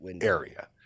area